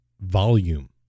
volume